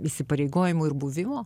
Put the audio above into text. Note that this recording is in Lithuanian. įsipareigojimų ir buvimo